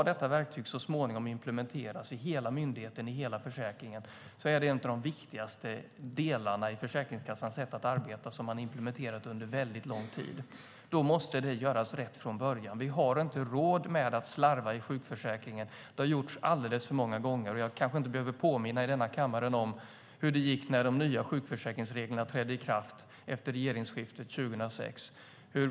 Detta verktyg, som så småningom ska implementeras i hela myndigheten och i hela försäkringen, är en av de viktigaste delarna i Försäkringskassans arbete. Därför måste det göras rätt från början. Vi har inte råd med att slarva i sjukförsäkringen. Det har skett alldeles för många gånger. Jag kanske inte behöver påminna kammaren om hur det gick när de nya sjukförsäkringsreglerna trädde i kraft efter regeringsskiftet 2006.